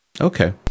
Okay